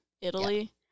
Italy